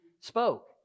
spoke